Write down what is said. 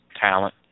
talent